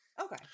okay